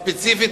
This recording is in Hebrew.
ספציפית,